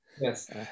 Yes